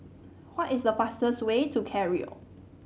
what is the fastest way to Cairo